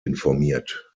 informiert